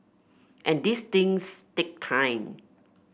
and these things take time